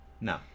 No